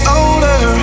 older